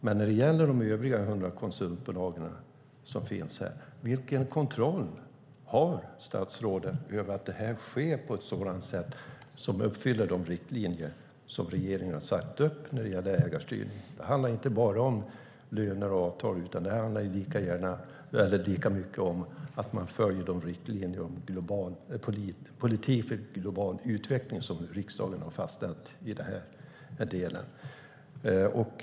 Men när det gäller de övriga 100 konsultbolagen som finns undrar jag vilken kontroll statsrådet har över att arbetet sker på ett sätt som uppfyller de riktlinjer som regeringen har satt upp när det gäller ägarstyrning. Det handlar inte bara om löner och avtal, utan det handlar lika mycket om att man följer riktlinjerna för politik för global utveckling som riksdagen har fastställt i denna del.